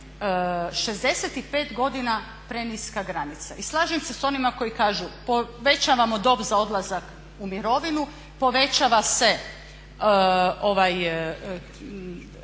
65 godina preniska granica. I slažem se s onima koji kažu povećavamo dob za odlazak u mirovinu, povećava se ovaj